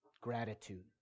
Gratitude